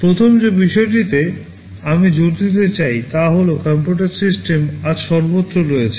প্রথম যে বিষয়টিটিতে আমি জোর দিতে চাই তা হল কম্পিউটার সিস্টেম আজ সর্বত্র রয়েছে